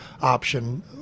option